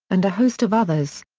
and a host of others.